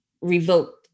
revoked